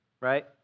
right